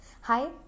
hi